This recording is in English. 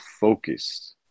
focused